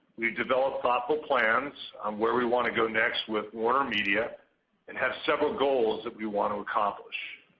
we develop proper plans on where we want to go next with warnermedia and have several goals that we want to accomplish.